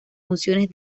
funciones